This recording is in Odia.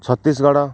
ଛତିଶଗଡ଼